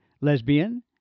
lesbian